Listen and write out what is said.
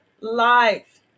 life